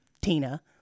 Tina